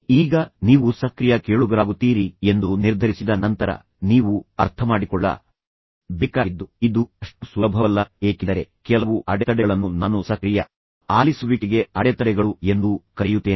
ಈಗ ನೀವು ಸಕ್ರಿಯ ಕೇಳುಗರಾಗುತ್ತೀರಿ ಎಂದು ನಿರ್ಧರಿಸಿದ ನಂತರ ನೀವು ಅರ್ಥಮಾಡಿಕೊಳ್ಳ ಬೇಕಾಗಿದ್ದು ಇದು ಅಷ್ಟು ಸುಲಭವಲ್ಲ ಏಕೆಂದರೆ ಕೆಲವು ಅಡೆತಡೆಗಳನ್ನು ನಾನು ಸಕ್ರಿಯ ಆಲಿಸುವಿಕೆಗೆ ಅಡೆತಡೆಗಳು ಎಂದು ಕರೆಯುತ್ತೇನೆ